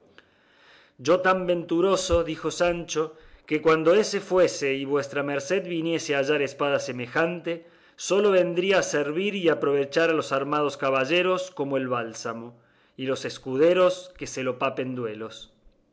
soy tan venturoso dijo sancho que cuando eso fuese y vuestra merced viniese a hallar espada semejante sólo vendría a servir y aprovechar a los armados caballeros como el bálsamo y los escuderos que se los papen duelos